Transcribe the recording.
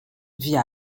vit